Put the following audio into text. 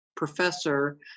Professor